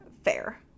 Fair